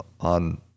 on